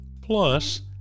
Plus